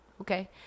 Okay